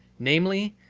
namely,